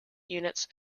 units